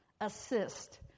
assist